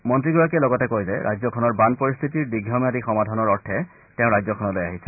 মন্ত্ৰীগৰাকীয়ে লগতে কয় যে ৰাজ্যখনৰ বান পৰিস্থিতিৰ দীৰ্ঘম্যাদী সমাধানৰ অৰ্থে তেওঁ ৰাজ্যখনলৈ আহিছে